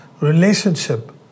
relationship